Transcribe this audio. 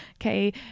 okay